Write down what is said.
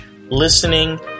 listening